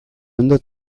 ondo